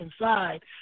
inside